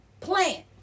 plant